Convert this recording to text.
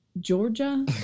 Georgia